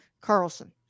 Carlson